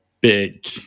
big